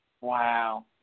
Wow